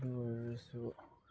ꯑꯗꯨ ꯑꯣꯏꯔꯁꯨ